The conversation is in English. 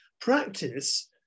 practice